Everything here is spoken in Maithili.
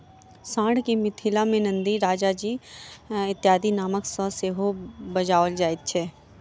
साँढ़ के मिथिला मे नंदी, राजाजी इत्यादिक नाम सॅ सेहो बजाओल जाइत छै